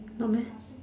not meh